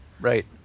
Right